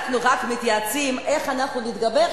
אנחנו רק מתייעצים איך אנחנו נתגבר,